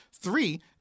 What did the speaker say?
Three